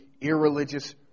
irreligious